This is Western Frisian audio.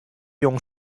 jong